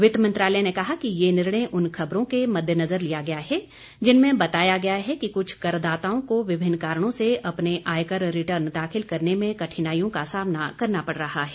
वित्त मंत्रालय ने कहा कि यह निर्णय उन खबरों के मद्देनजर लिया गया है जिनमें बताया गया है कि कुछ करदाताओं को विभिन्न कारणों से अपने आयकर रिटर्न दाखिल करने में कठिनाइयों का सामना करना पड रहा है